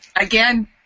Again